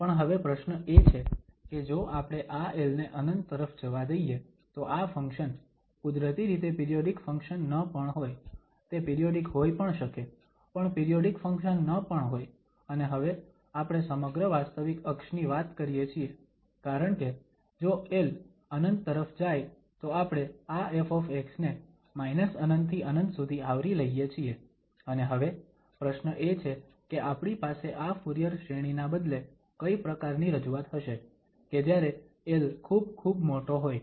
પણ હવે પ્રશ્ન એ છે કે જો આપણે આ l ને ∞ તરફ જવા દઈએ તો આ ફંક્શન કુદરતી રીતે પિરિયોડીક ફંક્શન ન પણ હોય તે પિરિયોડીક હોય પણ શકે પણ પિરિયોડીક ફંક્શન ન પણ હોય અને હવે આપણે સમગ્ર વાસ્તવિક અક્ષની વાત કરીએ છીએ કારણકે જો l ∞ તરફ જાય તો આપણે આ ƒ ને ∞ થી ∞ સુધી આવરી લઈએ છીએ અને હવે પ્રશ્ન એ છે કે આપણી પાસે આ ફુરીયર શ્રેણી ના બદલે કઈ પ્રકારની રજૂઆત હશે કે જ્યારે l ખુબ ખુબ મોટો હોય